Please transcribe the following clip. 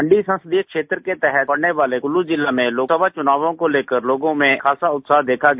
मंडी संसदीय क्षेत्र के तहत पड़ने वाले कुल्लू जिला मे लोकसभा चुनावो को लेकर लोगों मे आज खासा उत्साह देखा गया